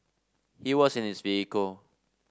he was in his vehicle